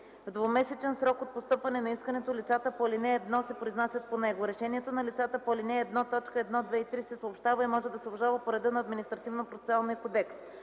В двумесечен срок от постъпване на искането лицата по ал. 1 се произнасят по него. Решението на лицата по ал. 1, т. 1, 2 и 3 се съобщава и може да се обжалва по реда на Административнопроцесуалния кодекс.